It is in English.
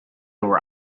were